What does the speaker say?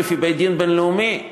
לפי בית-הדין הבין-לאומי,